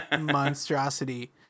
monstrosity